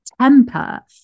temper